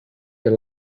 can